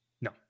No